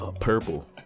purple